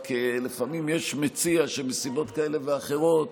רק לפעמים יש מציע שמסיבות כאלה ואחרות